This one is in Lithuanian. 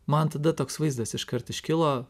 man tada toks vaizdas iškart iškilo